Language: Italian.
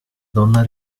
donna